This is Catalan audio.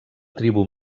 tribu